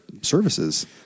services